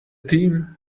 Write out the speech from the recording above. team